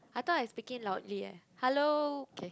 I thought I speaking loudly eh hello K